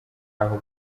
aho